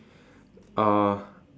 uh